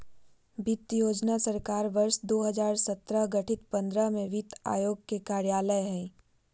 वित्त योजना सरकार वर्ष दो हजार सत्रह गठित पंद्रह में वित्त आयोग के कार्यकाल हइ